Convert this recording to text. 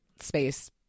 space